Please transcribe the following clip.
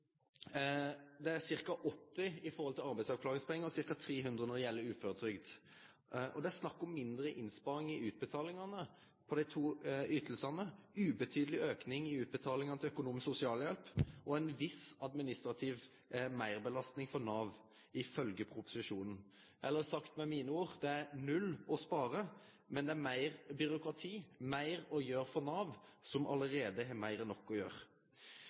Det er ca. 80 når det gjelder arbeidsavklaringspenger, og ca. 300 når det gjelder uføretrygd. Det er snakk om mindre innsparinger i utbetalingene fra de to ytelsene, ubetydelig økning i utbetalingene til økonomisk sosialhjelp og en viss administrativ merbelastning for Nav, ifølge proposisjonen. Eller sagt med mine ord: Det er null å spare, men det er mer byråkrati og mer å gjøre for Nav, som allerede har mer enn nok å gjøre.